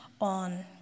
On